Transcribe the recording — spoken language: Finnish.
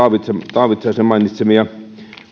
taavitsaisen mainitsemia